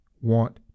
want